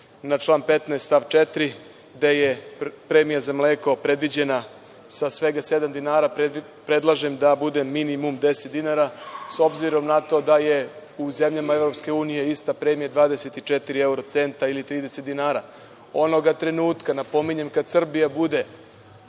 na član 15. stav 4. gde je premija za mleko predviđena sa sedam dinara, predlažem da bude minimum 10 dinara, s obzirom na to da je u zemljama EU ista premija 24 euro centa ili 30 dinara. Onog trenutka, napominjem, kada Srbija bude